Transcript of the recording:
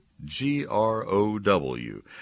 G-R-O-W